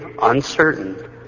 uncertain